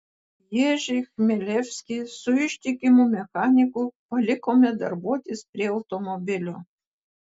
ježį chmelevskį su ištikimu mechaniku palikome darbuotis prie automobilio